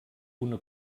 una